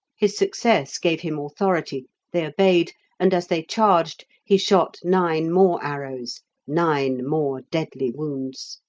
his success gave him authority they obeyed and as they charged, he shot nine more arrows nine more deadly wounds.